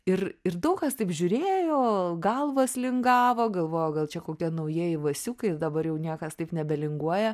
ir ir daug kas taip žiūrėjo galvas lingavo galvojo gal čia kokie naujieji vasiukai dabar jau niekas taip nebelinguoja